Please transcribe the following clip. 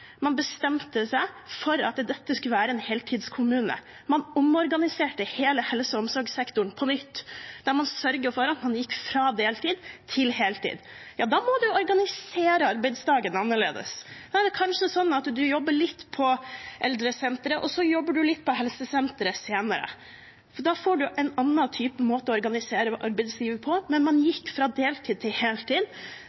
man bestemte seg for at dette skulle være en heltidskommune. Man omorganiserte hele helse- og omsorgssektoren på nytt; man sørget for at man gikk fra deltid til heltid. Da må en organisere arbeidsdagen annerledes. Da er det kanskje slik at en jobber litt på eldresenteret, og så jobber en litt på helsesenteret senere. Da får man en annen måte å organisere arbeidslivet på. Men man